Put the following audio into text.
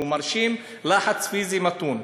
מרשים לחץ פיזי מתון.